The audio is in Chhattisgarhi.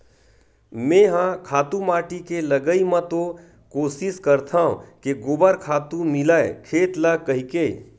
मेंहा खातू माटी के लगई म तो कोसिस करथव के गोबर खातू मिलय खेत ल कहिके